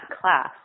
class